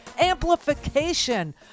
amplification